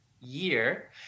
year